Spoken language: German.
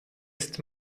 ist